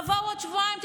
תבואו עוד שבועיים,